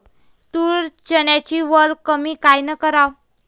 तूर, चन्याची वल कमी कायनं कराव?